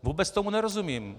Vůbec tomu nerozumím.